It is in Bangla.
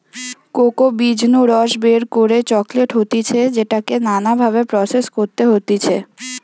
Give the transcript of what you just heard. কোকো বীজ নু রস বের করে চকলেট হতিছে যেটাকে নানা ভাবে প্রসেস করতে হতিছে